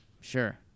Sure